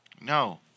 No